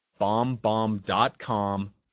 bombbomb.com